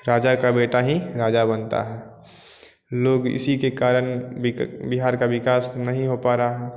राजा का बेटा ही राजा बनता है लोग इसी के कारण बिहार का कारण विकास नहीं हो पा रहा है